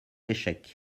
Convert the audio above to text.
d’échecs